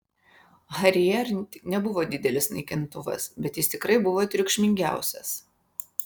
harrier nebuvo didelis naikintuvas bet jis tikrai buvo triukšmingiausias